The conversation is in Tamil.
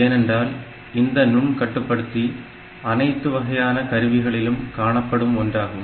ஏனென்றால் இந்த நுண்கட்டுப்படுத்தி அனைத்து வகையான கருவிகளிலும் காணப்படும் ஒன்றாகும்